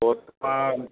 हा